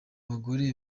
bagore